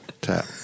tap